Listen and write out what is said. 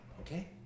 Okay